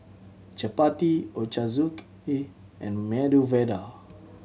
Chapati Ochazuke and Medu Vada